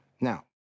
Now